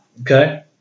Okay